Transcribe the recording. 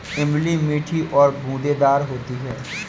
इमली मीठी और गूदेदार होती है